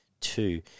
two